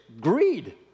greed